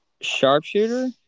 Sharpshooter